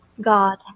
God